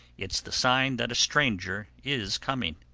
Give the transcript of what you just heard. it's the sign that a stranger is coming.